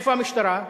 איפה המשטרה?